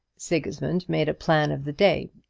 sigismund made a plan of the day.